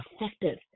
effective